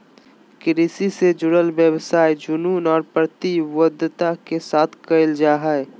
कृषि से जुडल व्यवसाय जुनून और प्रतिबद्धता के साथ कयल जा हइ